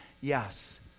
yes